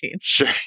Sure